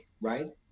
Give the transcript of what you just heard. right